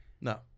No